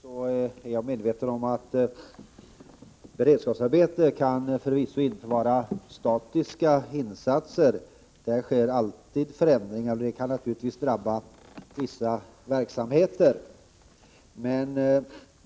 Fru talman! Jag är medveten om att beredskapsarbeten förvisso inte kan vara statiska insatser. Där sker alltid förändringar som kan drabba vissa verksamhetsområden.